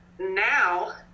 now